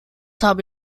habe